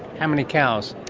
how many cows?